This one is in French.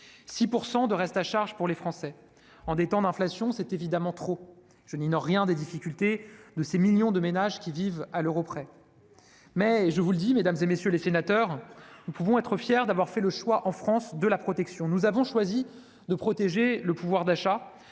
6 %. Ce reste à charge de 6 % pour les Français, en des temps d'inflation, c'est évidemment trop : je n'ignore rien des difficultés de ces millions de ménages qui vivent à l'euro près. Toutefois, je vous le dis, mesdames, messieurs les sénateurs, nous pouvons être fiers d'avoir, en France, fait le choix de la protection. Nous avons choisi de protéger le pouvoir d'achat.